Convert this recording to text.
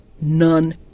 None